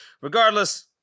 Regardless